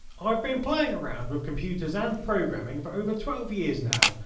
i've been playing around with computers and programming for over twelve years now.